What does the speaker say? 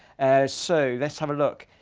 so let's have a look.